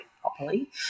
properly